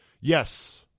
yes